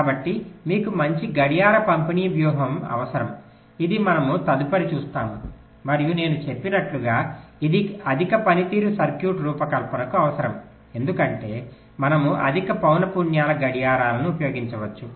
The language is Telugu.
కాబట్టి మీకు మంచి గడియార పంపిణీ వ్యూహం అవసరం ఇది మనము తదుపరి చూస్తాము మరియు నేను చెప్పినట్లుగా ఇది అధిక పనితీరు సర్క్యూట్ రూపకల్పనకు అవసరం ఎందుకంటే మనము అధిక పౌన పున్యాల గడియారాలను ఉపయోగించవచ్చు